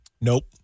Nope